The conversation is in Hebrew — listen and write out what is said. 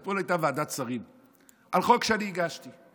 אתמול הייתה ועדת שרים על חוק שאני הגשתי.